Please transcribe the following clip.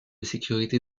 sécurité